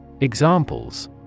Examples